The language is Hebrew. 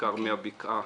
בעיקר מהבקעה,